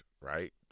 right